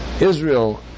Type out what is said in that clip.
Israel